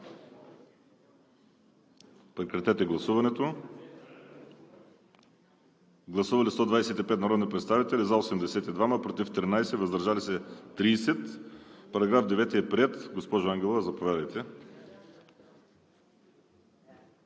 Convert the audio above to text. на § 9 по вносител. Гласували 125 народни представители: за 82, против 13, въздържали се 30. Параграф 9 е приет. Госпожо Ангелова, заповядайте.